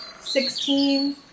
Sixteen